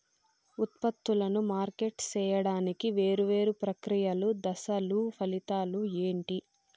ఉత్పత్తులను మార్కెట్ సేయడానికి వేరువేరు ప్రక్రియలు దశలు ఫలితాలు ఏంటి?